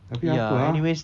tapi apa ah